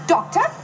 Doctor